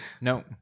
no